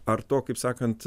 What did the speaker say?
ar to kaip sakant